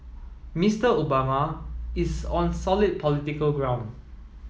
Mr Obama is on solid political ground